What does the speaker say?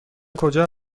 کجا